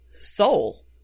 Soul